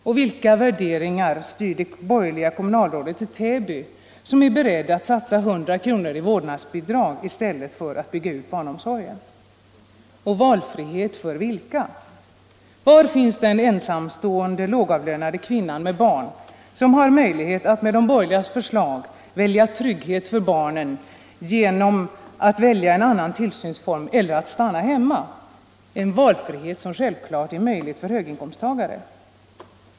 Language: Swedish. Och vilka värderingar styr det borgerliga kommunalrådet i Täby, som är beredd att satsa 100 kr. i vårdnadsbidrag i stället för att bygga ut barnomsorgen? Och valfrihet för vilka? Var finns den ensamstående lågavlönade kvinna med barn som har möjlighet att med de borgerligas förslag välja trygghet för barnen genom att välja en annan tillsynsform eller att stanna hemma, en valfrihet som självfallet är möjlig för höginkomsttagare?